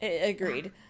Agreed